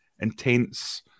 intense